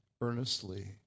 earnestly